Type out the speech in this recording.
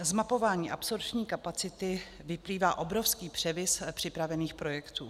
Ze zmapování absorpční kapacity vyplývá obrovský převis připravených projektů.